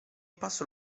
passo